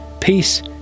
Peace